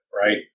Right